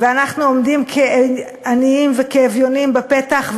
ואנחנו עומדים כעניים וכאביונים בפתח,